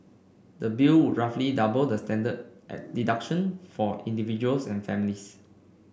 the bill would roughly double the standard at deduction for individuals and families